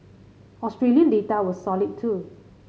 Australian data was solid too